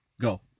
go